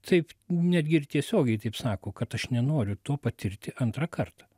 taip netgi ir tiesiogiai taip sako kad aš nenoriu to patirti antrą kartą